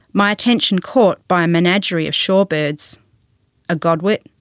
my attention caught by a menagerie of shorebirds a godwit,